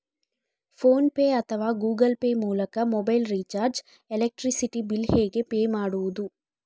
Phone pay ಅಥವಾ Google Pay ಮೂಲಕ mobile recharge, electricity bill ಹೇಗೆ ಪೇ ಮಾಡುವುದು?